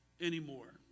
anymore